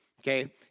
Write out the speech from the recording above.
okay